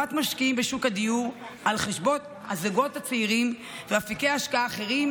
לטובת משקיעים בשוק הדיור על חשבון הזוגות הצעירים ואפיקי השקעה אחרים,